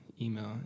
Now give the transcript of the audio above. Email